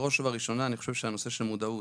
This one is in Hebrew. בראש ובראשונה, אני חושב שהנושא של מודעות.